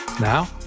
Now